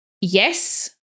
yes